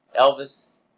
Elvis